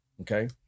Okay